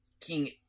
King